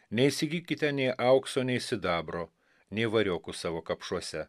neįsigykite nei aukso nei sidabro nei variokų savo kapšuose